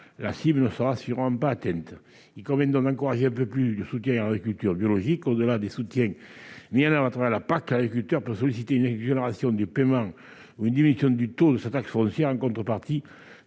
la cible ne sera probablement pas atteinte. Il convient donc d'encourager un peu plus le soutien à l'agriculture biologique. Au-delà des soutiens mis en oeuvre au travers de la PAC, l'agriculteur peut solliciter une exonération du paiement ou une diminution du taux de sa taxe foncière en contrepartie